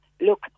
look